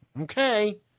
Okay